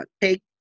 take